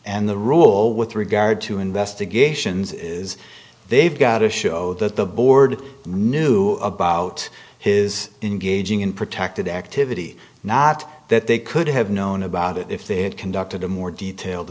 and the rule with regard to investigations is they've got to show that the board knew about his engaging in protected activity not that they could have known about it if they had conducted a more detailed